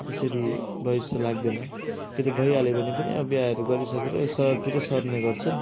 त्यसरी भए जस्तो लाग्दैन कि त भइहाल्यो भने पनि अब बिहाहरू गरिसकेर सहरतिर सर्ने गर्छन्